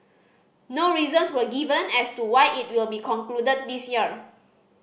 no reasons were given as to why it will be concluded this year